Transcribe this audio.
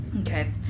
Okay